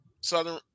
Southern